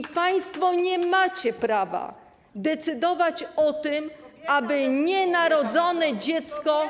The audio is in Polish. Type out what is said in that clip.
I państwo nie macie prawa decydować o tym, aby nienarodzone dziecko.